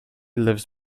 lives